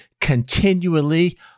continually